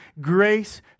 Grace